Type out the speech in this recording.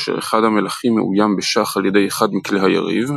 כאשר אחד המלכים מאוים בשח על ידי אחד מכלי היריב,